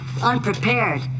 unprepared